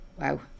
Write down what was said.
wow